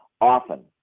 often